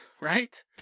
right